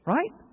Right